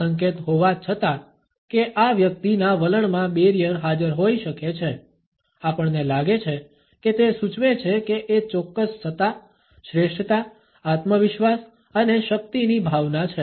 આ સંકેત હોવા છતાં કે આ વ્યક્તિના વલણમાં બેરિયર હાજર હોઈ શકે છે આપણને લાગે છે કે તે સૂચવે છે કે એ ચોક્કસ સત્તા શ્રેષ્ઠતા આત્મવિશ્વાસ અને શક્તિની ભાવના છે